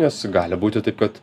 nes gali būti taip kad